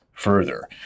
further